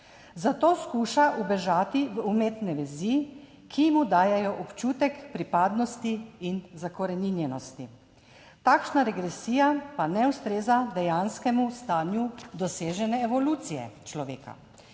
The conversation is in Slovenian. zato skuša ubežati v umetne vezi, ki mu dajejo občutek pripadnosti in zakoreninjenosti. Takšna regresija pa ne ustreza dejanskemu stanju dosežene evolucije človeka;